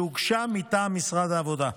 שהוגשה מטעם משרד העבודה.